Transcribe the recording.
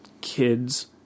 kids